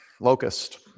Locust